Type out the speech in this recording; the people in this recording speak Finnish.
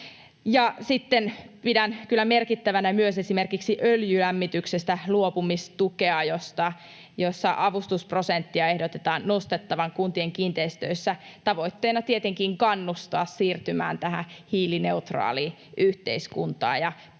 kyllä merkittävänä myös esimerkiksi öljylämmityksestä luopumisen tukea, jossa avustusprosenttia ehdotetaan nostettavan kuntien kiinteistöissä — tavoitteena tietenkin kannustaa siirtymään tähän hiilineutraaliin yhteiskuntaan ja pääsemään